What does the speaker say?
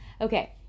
Okay